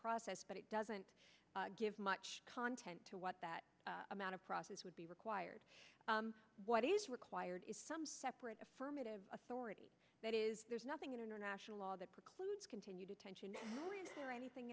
process but it doesn't give much content to what that amount of process would be required what is required is some separate affirmative authority that is there's nothing in international law that precludes continue detention or anything